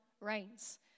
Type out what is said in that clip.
reigns